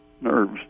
nerves